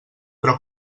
però